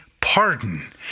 pardon